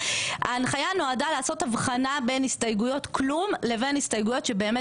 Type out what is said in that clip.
ההנחיה נועדה לעשות הבחנה בין הסתייגויות כלום לבין הסתייגויות שבאמת